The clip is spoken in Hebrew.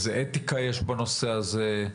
איזו אתיקה יש בנושא הזה,